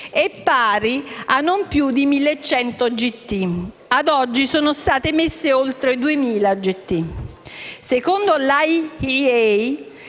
è pari a non più di 1.100 Gt; a oggi sono state emesse oltre 2.000 Gt. Secondo l'IEA